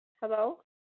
Hello